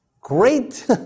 great